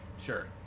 Sure